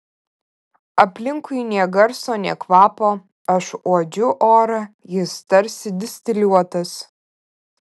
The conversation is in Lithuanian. aplinkui nė garso nė kvapo aš uodžiu orą jis tarsi distiliuotas